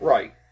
Right